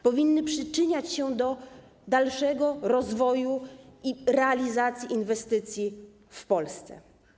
Powinny przyczyniać się do dalszego rozwoju i realizacji inwestycji w Polsce.